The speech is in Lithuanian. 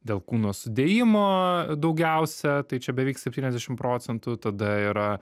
dėl kūno sudėjimo daugiausia tai čia beveik septyniasdešim procentų tada yra